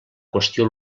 qüestió